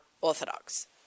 Orthodox